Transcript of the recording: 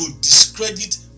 discredit